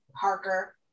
Parker